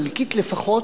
חלקית לפחות,